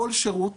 כל שירות